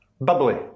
bubbly